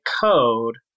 code